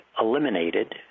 eliminated